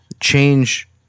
Change